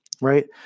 right